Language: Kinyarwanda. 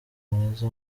mwiza